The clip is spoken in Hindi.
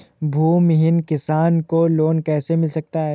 भूमिहीन किसान को लोन कैसे मिल सकता है?